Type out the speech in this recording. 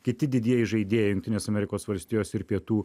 kiti didieji žaidėjai jungtinės amerikos valstijos ir pietų